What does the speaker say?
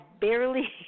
barely